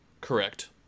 Correct